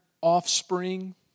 offspring